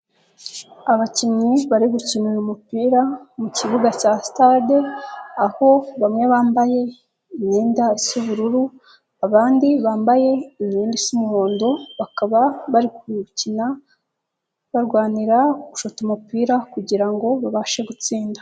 Abakinnyi bari gukinara umupira mu kibuga cya sitade aho bamwe bambaye imyenda isa ubururu abandi bambaye imyenda isa umuhondo bakaba bari gukina barwanira gushota umupira kugira ngo babashe gutsinda.